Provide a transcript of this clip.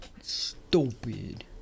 Stupid